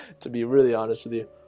to be really honest with you